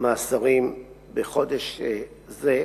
מאסרים בחודש זה,